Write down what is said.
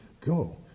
go